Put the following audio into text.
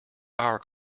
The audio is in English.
our